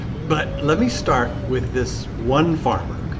but let me start with this one farmer. ok.